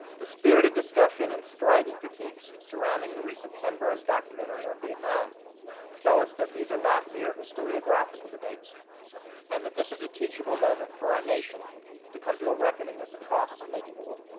the spirited discussion and strident critiques surrounding the recent ken burns documentary on vietnam tell us that these are not mere historiographical debates and that this is a teachable moment for our nation to come to a reckoning with the costs of making the war.